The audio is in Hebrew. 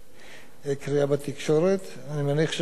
אני מניח שגם ידוע שמינהל ההסדרה והאכיפה